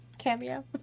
cameo